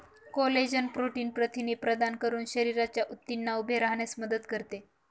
collagen protein प्रथिने प्रदान करून शरीराच्या ऊतींना उभे राहण्यास मदत करते